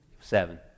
Seven